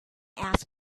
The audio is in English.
asked